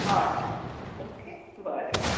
हय ओके बरें बरें